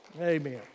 Amen